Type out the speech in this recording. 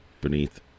beneath